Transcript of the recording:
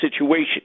situation